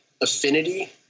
affinity